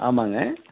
ஆமாம்ங்க